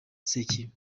sekibi